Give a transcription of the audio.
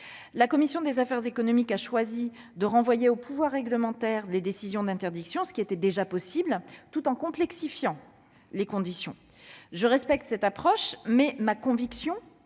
La commission des affaires économiques a choisi de renvoyer au pouvoir réglementaire les décisions d'interdiction, ce qui était déjà possible, tout en en complexifiant les conditions. Je respecte cette approche, mais ma conviction